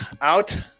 out